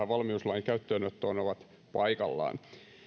valmiuslain käyttöönottoon ovat paikallaan